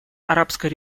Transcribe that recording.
арабской